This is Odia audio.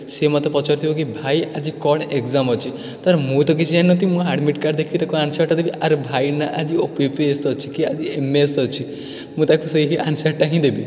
ସେ ମୋତେ ପଚାରୁଥିବ କି ଭାଇ ଆଜି କ'ଣ ଏଗ୍ଜାମ୍ ଅଛି ତା'ପରେ ମୁଁ ତ କିଛି ଜାଣିନଥିବି ମୁଁ ଆଡ଼୍ମିଟ୍ କାର୍ଡ଼୍ ଦେଖି ତାକୁ ଆନ୍ସସାର୍ଟା ଦେବି ଆରେ ଭାଇନା ଆଜି ଓ ପି ପି ଏସ୍ ଅଛି କି ଆଜି ଏମ୍ ଏସ୍ ଅଛି ମୁଁ ତାକୁ ସେହି ଆନ୍ସସାର୍ଟା ହିଁ ଦେବି